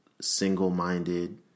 single-minded